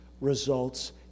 results